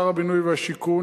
שר הבינוי והשיכון,